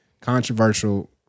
controversial